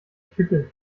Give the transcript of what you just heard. kippeln